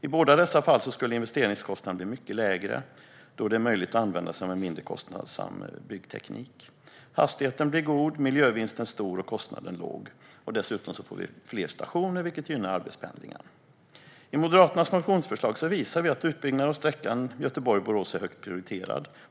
I båda dessa fall skulle investeringskostnaden bli mycket lägre eftersom det då är möjligt att använda sig av en mindre kostsam byggteknik. Hastigheten blir god, miljövinsten stor och kostnaden låg. Dessutom får vi fler stationer, vilket gynnar arbetspendlingen. I Moderaternas förslag visar vi att utbyggnaden av sträckan Göteborg-Borås är högt prioriterad.